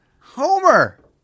Homer